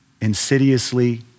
insidiously